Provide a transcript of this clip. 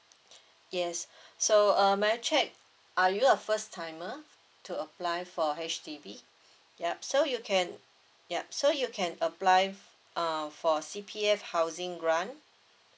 yes so uh may I check are you a first timer to apply for a H_D_B ya so you can ya so you can apply uh for C_P_F housing grant